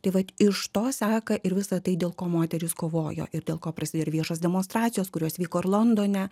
tai vat iš to seka ir visa tai dėl ko moterys kovojo ir dėl ko prasidėjo ir viešos demonstracijos kurios vyko ir londone